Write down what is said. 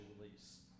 release